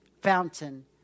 fountain